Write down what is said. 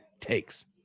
takes